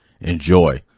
enjoy